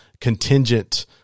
contingent